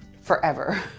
forever.